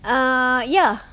uh ya